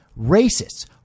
racists